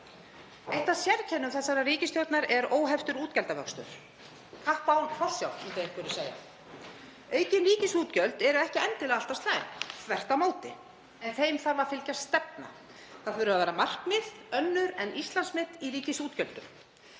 Eitt af sérkennum þessarar ríkisstjórnar er óheftur útgjaldavöxtur, kapp án forsjár myndu einhverjir segja. Aukin ríkisútgjöld eru ekki endilega alltaf slæm, þvert á móti, en þeim þarf að fylgja stefna. Það þurfa að vera markmið, önnur en Íslandsmet í ríkisútgjöldum.